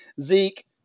Zeke